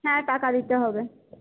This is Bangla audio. হ্যাঁ টাকা দিতে হবে